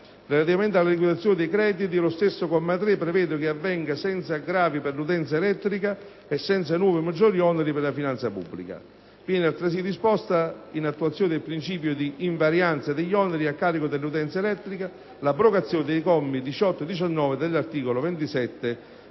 Relativamente alla liquidazione dei crediti, lo stesso comma 3 prevede che avvenga senza aggravi per l'utenza elettrica e senza nuovi o maggiori oneri per la finanza pubblica. Viene altresì disposta, in attuazione del principio di invarianza degli oneri a carico dell'utenza elettrica, l'abrogazione dei commi 18 e 19 dell'articolo 27